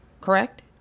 Correct